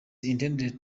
intended